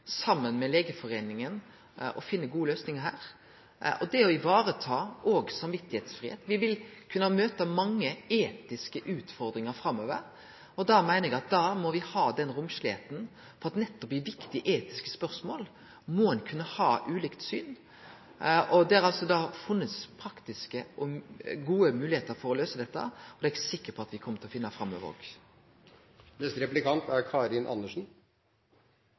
saman med Legeforeningen. Me vil finne gode løysingar på dette, òg for å ta i vare fridomen i samvitsspørsmål. Me vil kunne møte mange etiske utfordringar framover. Eg meiner at me må ha det så romsleg i viktige etiske spørsmål at ein må kunne ha ulikt syn. Dette har ein funne praktiske og gode løysingar for. Eg er sikker på at me kjem til å finne slike løysingar framover òg. SV og